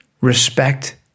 respect